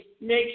make